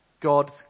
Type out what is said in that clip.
God